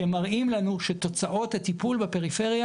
שמראים לנו שתוצאות הטיפול בפריפריה